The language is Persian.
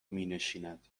مینشیند